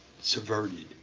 subverted